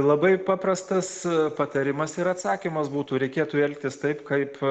labai paprastas patarimas ir atsakymas būtų reikėtų elgtis taip kaip